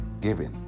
given